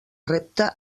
repte